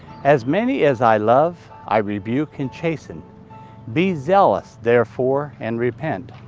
as many as i love, i rebuke and chasten be zealous therefore, and repent.